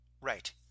Right